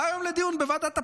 בא היום לדיון בוועדת הפנים.